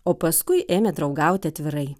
o paskui ėmė draugauti atvirai